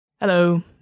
Hello